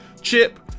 Chip